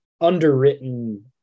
underwritten